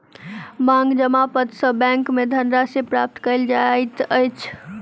मांग जमा पत्र सॅ बैंक में धन राशि प्राप्त कयल जाइत अछि